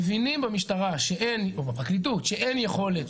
מבינים במשטרה או בפרקליטות שאין יכולת